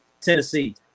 Tennessee